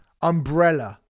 Umbrella